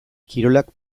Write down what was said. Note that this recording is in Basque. kirolak